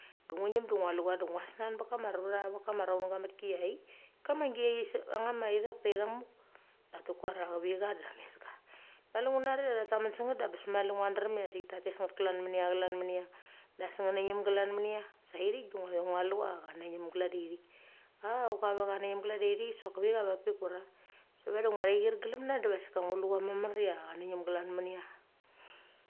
De ngu ngeim de ngua lu cha de ngua senau ba raru met kam raun ga metki iaik, kama gia vama ithak ta ithak muk. Dak ti kuar ia chavi cha de tha tes ka. Mali ngun nari tha tamen senget da bes mali ngua drem sik ta tes nget chlan mini ia. Sa ithik sa ngua ve ngua lu cha ia cha na ngeim klad da thik. Auk kave cha nageim glan da ithik sok kiua vapik ura. Vadi va ngua thair glam na diva sik nglu cha mamar ia cha na ngeim chlan mini ia.